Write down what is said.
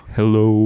Hello